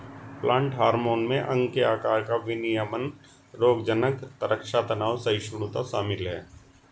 plant hormone में अंग के आकार का विनियमन रोगज़नक़ रक्षा तनाव सहिष्णुता शामिल है